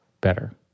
better